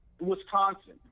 Wisconsin